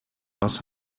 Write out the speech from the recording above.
was